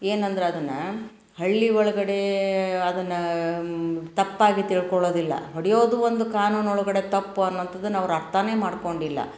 ಏನಂದ್ರೆ ಅದನ್ನು ಹಳ್ಳಿ ಒಳ್ಗಡೆ ಅದನ್ನು ತಪ್ಪಾಗಿ ತಿಳ್ಕೊಳ್ಳೋದಿಲ್ಲ ಹೊಡೆಯೋದು ಒಂದು ಕಾನೂನು ಒಳಗಡೆ ತಪ್ಪು ಅನ್ನುವಂಥದ್ದನ್ನು ಅವ್ರು ಅರ್ಥನೇ ಮಾಡಿಕೊಂಡಿಲ್ಲ